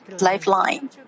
lifeline